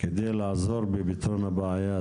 מנת לעזור בפתרון הבעיה הזו?